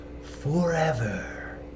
forever